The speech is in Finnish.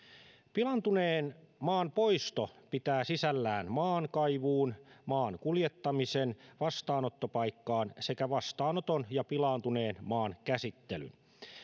pilaantuneen maan poisto pitää sisällään maankaivuun maan kuljettamisen vastaanottopaikkaan sekä vastaanoton ja pilaantuneen maan käsittelyn